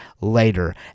later